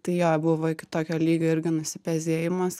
tai jo buvo iki tokio lygio irgi nusipezėjimas